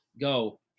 go